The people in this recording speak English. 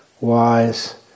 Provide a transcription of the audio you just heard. wise